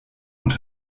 und